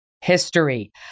history